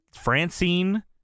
Francine